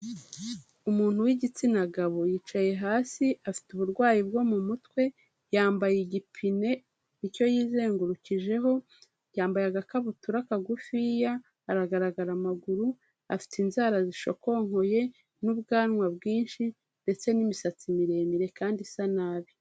Umuntu w'igitsina gabo yicaye hasi afite uburwayi bwo mu mutwe, yambaye igipine icyo yizengurukijeho, yambaye agakabutura kagufiya, aragaragara amaguru, afite inzara zishokonkoye n'ubwanwa bwinshi ndetse n'imisatsi miremire kandi isa nabi.